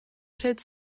pryd